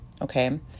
Okay